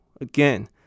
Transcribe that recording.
again